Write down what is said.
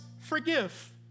forgive